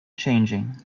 changing